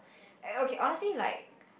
and~ okay honestly like